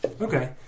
Okay